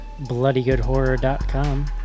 bloodygoodhorror.com